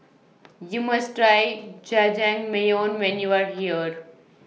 YOU must Try Jajangmyeon when YOU Are here